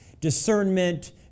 discernment